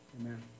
Amen